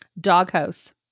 Doghouse